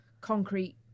concrete